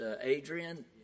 Adrian